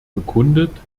bekundet